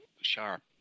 sharp